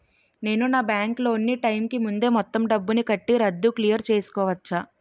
నేను నా bank loan నీ టైం కీ ముందే మొత్తం డబ్బుని కట్టి రద్దు క్లియర్ చేసుకోవచ్చా?